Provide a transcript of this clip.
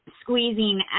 squeezing